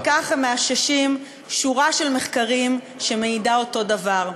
וכך הם מאששים שורה של מחקרים שמעידים אותו דבר.